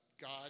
God